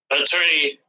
Attorney